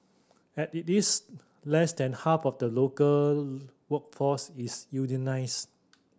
at it is less than half of the local workforce is unionised